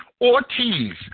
Ortiz